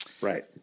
Right